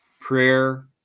prayer